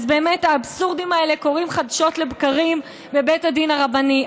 אז האבסורדים האלה קורים חדשות לבקרים בבית הדין הרבני.